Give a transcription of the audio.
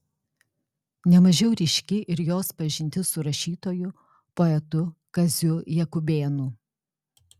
ne mažiau ryški ir jos pažintis su rašytoju poetu kaziu jakubėnu